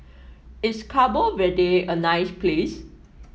is Cabo Verde a nice place